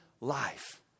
life